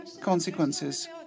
consequences